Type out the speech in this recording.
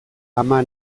ama